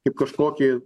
kaip kažkokį